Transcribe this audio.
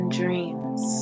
dreams